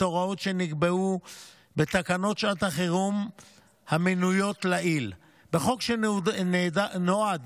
את ההוראות שנקבעו בתקנות שעת החירום המנויות לעיל בחוק שנועד